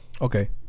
Okay